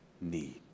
need